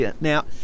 Now